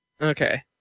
Okay